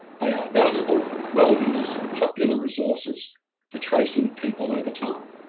they are valuable, well used and popular resources for tracing people over time.